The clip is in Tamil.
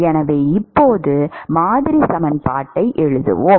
எனவே இப்போது மாதிரி சமன்பாட்டை எழுதுவோம்